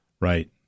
right